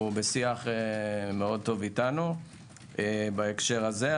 הוא בשיח מאוד טוב אתנו בהקשר הזה.